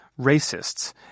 racists